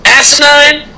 Asinine